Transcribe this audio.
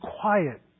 quiet